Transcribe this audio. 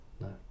No